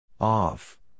Off